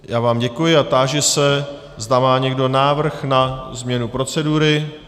Já vám děkuji a táži se, zda má někdo návrh na změnu procedury.